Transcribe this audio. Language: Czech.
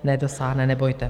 Nedosáhne, nebojte.